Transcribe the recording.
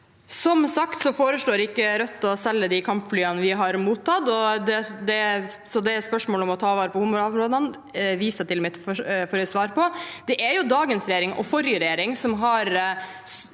Som sagt foreslår ikke Rødt å selge de kampflyene vi har mottatt, og til spørsmålet om å ta vare på havområdene viser jeg til mitt forrige svar. Det er jo dagens regjering og forrige regjering som har